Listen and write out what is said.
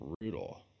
brutal